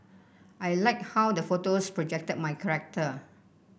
I like how the photos projected my character